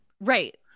Right